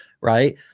right